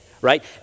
right